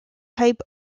type